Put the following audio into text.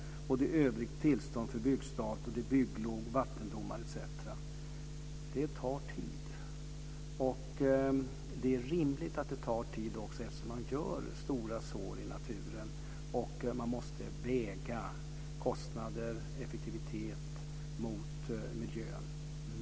Det är övriga tillstånd för byggstart, bygglov, vattendomar etc. Det tar tid. Det är rimligt att det tar tid också, eftersom man gör stora sår i naturen. Man måste väga kostnader och effektivitet mot miljön.